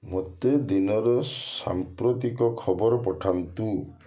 ମୋତେ ଦିନର ସାମ୍ପ୍ରତିକ ଖବର ପଠାନ୍ତୁ